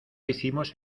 hicimos